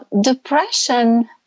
depression